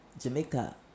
Jamaica